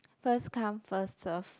first come first serve